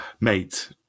Mate